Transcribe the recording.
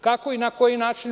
Kako i na koji način?